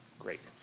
great.